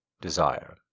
desire